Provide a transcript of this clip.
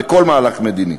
בכל מהלך מדיני.